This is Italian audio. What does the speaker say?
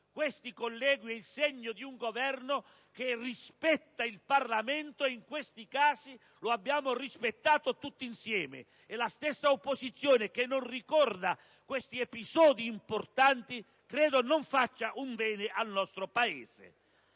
Questo, colleghi, è il segno di un Governo che rispetta il Parlamento; e in questi casi lo abbiamo rispettato tutti insieme, e la stessa opposizione, che non ricorda questi episodi importanti, credo non faccia un bene al nostro Paese.